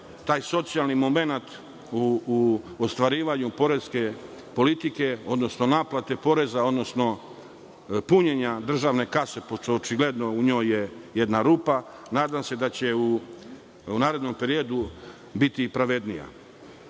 taj socijalni momenat u ostvarivanju poreske politike, odnosno naplate poreza, odnosno punjenja državne kase, pošto očigledno je u njoj jedna rupa, nadam se da će u narednom periodu biti pravednija. Kada